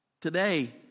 today